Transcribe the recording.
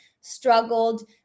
struggled